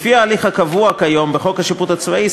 לפי ההליך הקבוע כיום בחוק השיפוט הצבאי,